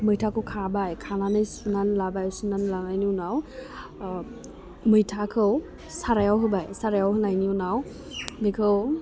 मैथाखौ खाबाय खानानै सुनानै लाबाय सुनानै लानायनि उनाव मैथाखौ साराइयाव होबाय साराइयाव होनायनि उनाव बिखौ